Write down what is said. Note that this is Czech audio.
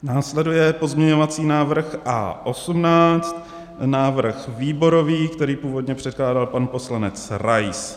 Následuje pozměňovací návrh A18, návrh výborový, který původně překládal pan poslanec Rais.